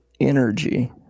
energy